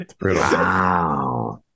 Wow